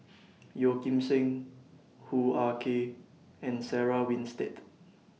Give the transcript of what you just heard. Yeo Kim Seng Hoo Ah Kay and Sarah Winstedt